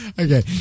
Okay